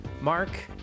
Mark